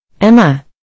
Emma